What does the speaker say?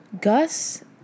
Gus